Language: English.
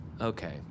okay